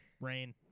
Rain